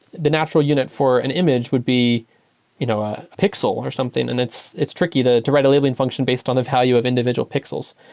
the natural unit for an image would be you know a pixel or something, and it's it's tricky to write write a labeling function based on a value of individual pixels.